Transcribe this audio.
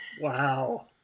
Wow